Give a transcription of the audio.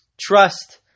trust